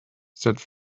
said